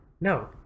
No